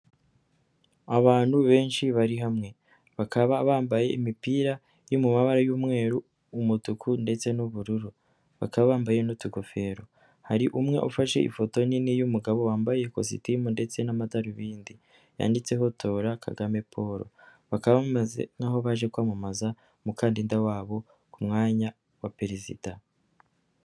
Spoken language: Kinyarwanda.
Abantu benshi bari hamwe, bakaba bambaye imipira yo mu mabara y'umweru, umutuku ndetse n'ubururu, bakaba bambaye n'utugofero, hari umwe ufashe ifoto nini y'umugabo wambaye ikositimu ndetse n'amadarubindi, yanditseho tora Kagame Paul, bakaba bameze nk'aho baje kwamamaza umukandida wabo ku mwanya wa Perezida.